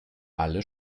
alle